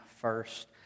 first